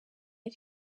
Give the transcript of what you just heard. ari